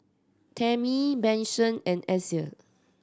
Tami Manson and Axel